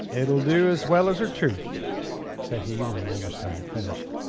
it'll do as well asertruth, said he when wolverstone had finished.